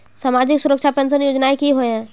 सामाजिक सुरक्षा पेंशन योजनाएँ की होय?